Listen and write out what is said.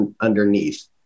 underneath